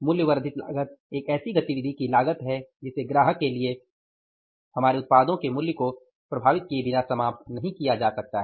मूल्य वर्धित लागत एक ऐसी गतिविधि की लागत है जिसे ग्राहक के लिए हमारे उत्पादों के मूल्य को प्रभावित किए बिना समाप्त नहीं किया जा सकता है